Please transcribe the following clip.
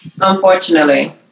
unfortunately